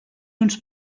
uns